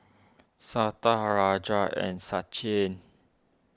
Santha Hrajat and Sachin